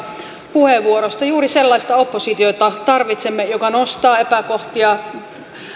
puheenvuorosta juuri sellaista oppositiota tarvitsemme joka nostaa epäkohtia